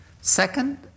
Second